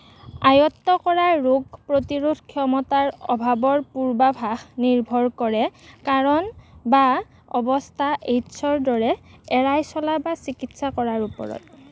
আয়ত্ব কৰা ৰোগ প্ৰতিৰোধ ক্ষমতাৰ অভাৱৰ পূৰ্বাভাস নিৰ্ভৰ কৰে কাৰণ বা অৱস্থা এইডছৰ দৰে এৰাই চলা বা চিকিৎসা কৰাৰ ওপৰত